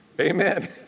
Amen